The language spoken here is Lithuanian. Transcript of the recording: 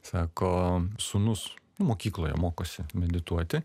sako sūnus mokykloje mokosi medituoti